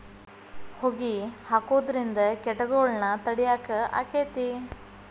ಹೊಗಿ ಹಾಕುದ್ರಿಂದ ಕೇಟಗೊಳ್ನ ತಡಿಯಾಕ ಆಕ್ಕೆತಿ?